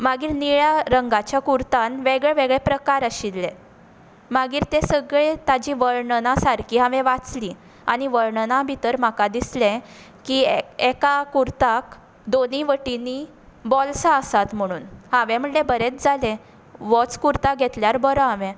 मागीर निळ्या रंगाच्या कुर्तान वेगवेगळे प्रकार आशिल्ले मागीर ते सगळे ताचीं वर्णनां सारकी हांवे वाचलीं आनी वर्णनां भितर म्हाका दिसलें की एक एका कुर्ताक दोनूय वटेंनी बाॅल्सां आसात म्हणून हांवे म्हणलें बरेंच जालें होच कुर्ता घेतल्यार बरो हांवे